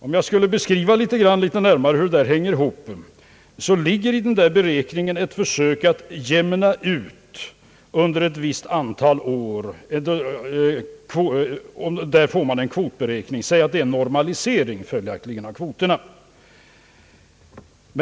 Om jag skulle beskriva litet närmare hur det hänger ihop, vill jag säga att i denna beräkning ligger ett försök att jämna ut under ett visst antal år, att göra en normalisering av kvoterna.